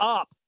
up